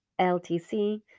LTC